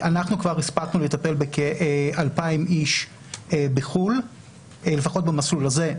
אנחנו כבר הספקנו לטפל בכ-2,000 איש בחו"ל לפחות במסלול הזה,